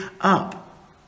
up